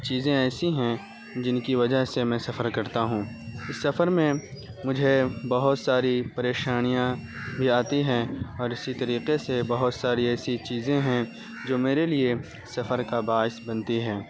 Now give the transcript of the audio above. چیزیں ایسی ہیں جن کی وجہ سے میں سفر کرتا ہوں اس سفر میں مجھے بہت ساری پریشانیاں بھی آتی ہیں اور اسی طریقے سے بہت ساری ایسی چیزیں ہیں جو میرے لیے سفر کا باعث بنتی ہیں